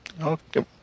Okay